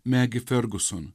megi ferguson